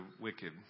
wicked